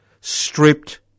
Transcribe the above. stripped